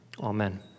Amen